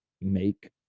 make